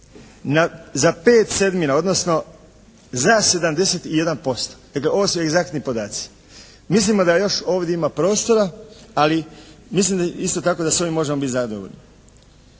za 5 sedmina odnosno za 71%. Dakle ovo su egzaktni podaci. Mislimo da još ovdje ima prostora, ali mislimo isto tako da s ovim možemo biti zadovoljni.